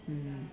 mm